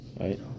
right